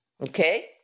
okay